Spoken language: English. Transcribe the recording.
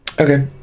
okay